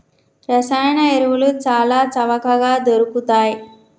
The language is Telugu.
రసాయన ఎరువులు చాల చవకగ దొరుకుతయ్